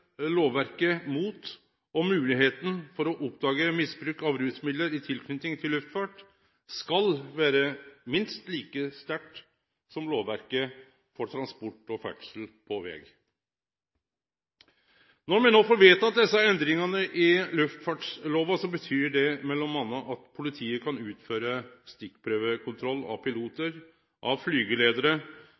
lovverket mot – og moglegheita for å oppdage – bruk av rusmiddel i tilknyting til luftfart skal vere minst like strengt som lovverket for transport og ferdsel på veg. Når me no får vedteke desse endringane i luftfartslova, betyr det m.a. at politiet kan utføre stikkprøvekontroll av pilotar, av